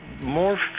more